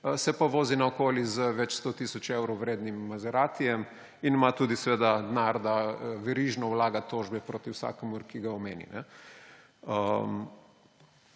se pa vozi naokoli z več sto tisto evrov vrednim maseratijem in ima tudi seveda denar, da verižno vlaga tožbe proti vsakomur, ki ga omeni.